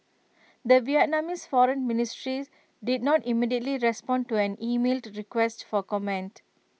the Vietnamese foreign ministry did not immediately respond to an emailed request for comment